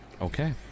Okay